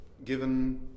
Given